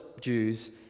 Jews